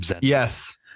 Yes